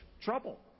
Trouble